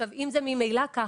אם זה ממילא ככה,